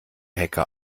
hacker